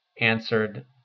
answered